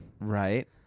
Right